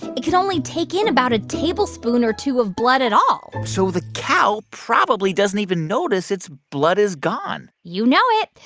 it can only take in about a tablespoon or two of blood at all so the cow probably doesn't even notice its blood is gone you know it.